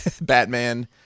Batman